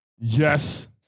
Yes